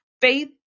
faith